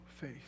faith